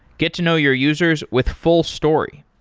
get to know your users with fullstory.